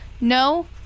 no